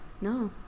No